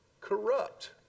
corrupt